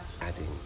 adding